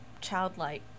childlike